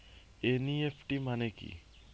NEFT মনে কি?